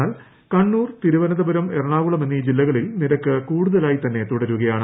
എന്നാൽ കണ്ണൂർ തിരുവനന്തപുരം എറണാകുളം എന്നീ ജില്ലകളിൽ നിരക്ക് കൂടുതലായി തന്നെ തുടരുകയാണ്